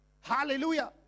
hallelujah